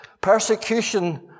persecution